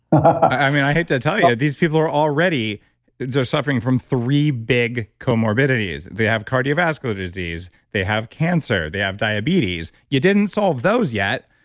ah i mean, i hate to tell you, these people are already suffering from three big comorbidities they have cardiovascular disease, they have cancer, they have diabetes. you didn't solve those yet,